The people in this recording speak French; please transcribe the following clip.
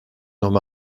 homme